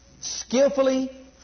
Skillfully